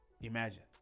Imagine